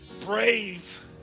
brave